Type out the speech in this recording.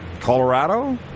Colorado